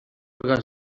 gas